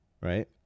right